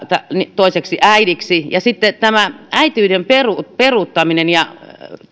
toiseksi äidiksi sitten tämä äitiyden tunnustamisen peruuttaminen ja